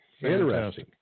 interesting